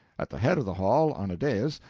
at the head of the hall, on a dais,